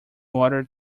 water